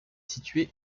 située